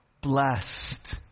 Blessed